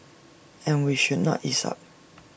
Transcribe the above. and we should not ease up